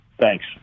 Thanks